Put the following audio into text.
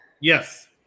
Yes